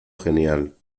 genial